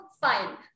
fine